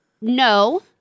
No